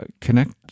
connect